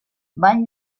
van